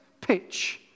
pitch